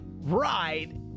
right